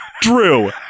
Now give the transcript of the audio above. Drew